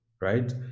right